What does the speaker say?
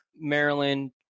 Maryland